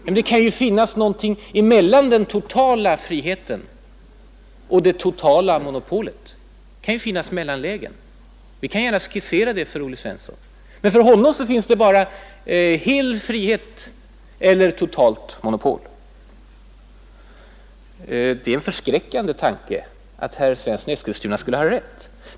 Men det kan ju finnas någonting emellan den totala friheten och det totala monopolet. Det kan ju finnas mellanlägen. Vi skall gärna skissera sådana för herr Svensson. För honom finns det bara fullständig frihet eller totalt monopol. Det är en förskräckande tanke att herr Svensson i Eskilstuna skulle ha rätt.